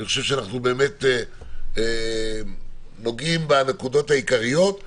אני חושב שאנחנו באמת נוגעים בנקודות העיקריות.